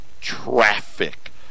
traffic